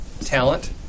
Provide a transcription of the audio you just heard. Talent